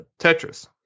Tetris